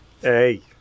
Hey